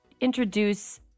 introduce